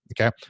Okay